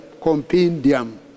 compendium